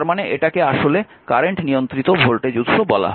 তার মানে এটাকে আসলে কারেন্ট নিয়ন্ত্রিত ভোল্টেজ উৎস বলা হয়